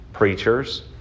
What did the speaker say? Preachers